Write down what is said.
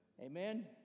Amen